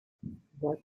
what